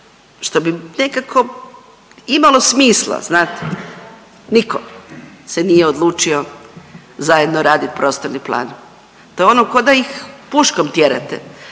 što bi nekako imalo smisla znate, niko se nije odlučio zajedno radit prostorni plan. To je ono koda ih puškom tjerate,